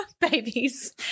babies